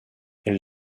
elle